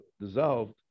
dissolved